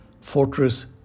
fortress